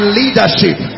leadership